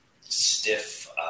stiff